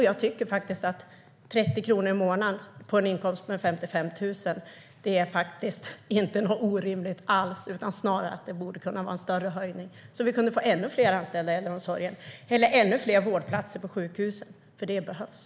Jag tycker faktiskt att 30 kronor i månaden på en inkomst på 55 000 inte är orimligt. Snarare borde det vara en större höjning så att vi fick ännu fler anställda i äldreomsorgen eller ännu fler vårdplatser på sjukhusen. Det behövs.